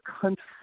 country